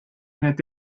need